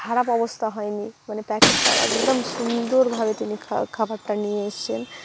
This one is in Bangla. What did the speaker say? খারাপ অবস্থা হয়নি মানে প্যাকেটটাও একদম সুন্দরভাবে তিনি খা খাবারটা নিয়ে এসছেন